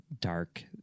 dark